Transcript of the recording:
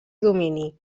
domini